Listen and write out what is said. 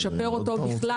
לשפר אותו בכלל,